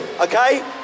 okay